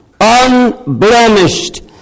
unblemished